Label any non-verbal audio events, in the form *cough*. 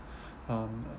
*breath* um